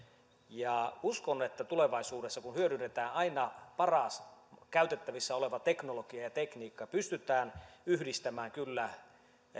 ja uskon että tulevaisuudessa kun hyödynnetään aina paras käytettävissä oleva teknologia ja tekniikka pystytään yhdistämään kyllä